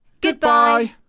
Goodbye